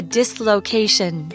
dislocation